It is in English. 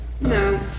No